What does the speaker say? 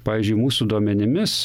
pavyzdžiui mūsų duomenimis